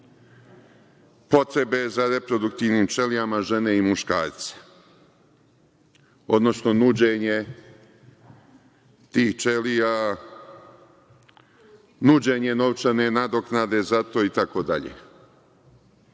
potrebe za reproduktivnim ćelijama žene i muškarca, odnosno nuđenje tih ćelija, nuđenje novčane nadoknade za to, itd.?